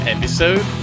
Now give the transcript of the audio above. Episode